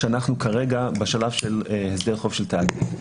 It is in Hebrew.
אנחנו כרגע בשלב של הסדר חוב של תאגיד.